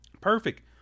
Perfect